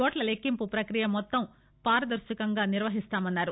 ఓట్ల లెక్కింపు ప్రక్రియ మొత్తం పారదర్శకంగా నిర్వహిస్తామన్నారు